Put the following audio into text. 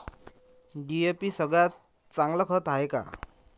DAP सगळ्यात चांगलं खत हाये का?